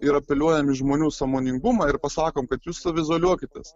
ir apeliuojam į žmonių sąmoningumą ir pasakom kad jūs saviizoliuokitės